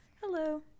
Hello